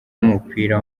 w’umupira